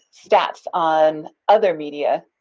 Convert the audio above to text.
stats on other media,